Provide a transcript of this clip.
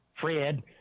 Fred